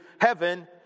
heaven